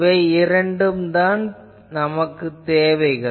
இவை இரண்டும்தான் தேவைகள்